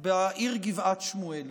בעיר גבעת שמואל